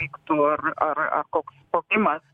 įvyktų ar ar koks spogimas